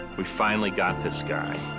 we finally got this guy.